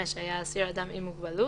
(5) היה האסיר אדם עם מוגבלות,